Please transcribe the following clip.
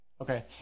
Okay